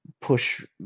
push